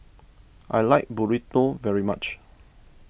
I like Burrito very much